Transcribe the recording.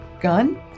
gun